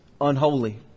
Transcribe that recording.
unholy